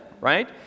right